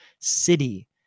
city